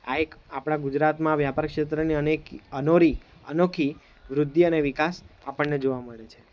આ એક આપણા ગુજરાતમાં વ્યાપાર ક્ષેત્રની અનેક અનોરી અનોખી વૃદ્ધિ અને વિકાસ આપણને જોવા મળે છે